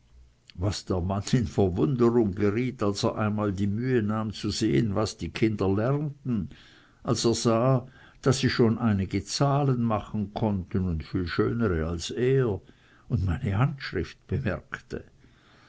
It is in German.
was der mann in verwunderung geriet als er einmal die mühe nahm zu sehen was die kinder lernten als er sah daß sie schon einige zahlen machen konnten und viel schönere als er und er meine handschrift bemerkte